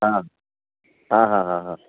हां हां हां हां हां